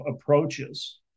approaches